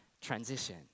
transition